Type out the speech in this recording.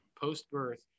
post-birth